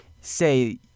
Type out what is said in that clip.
say